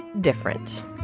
Different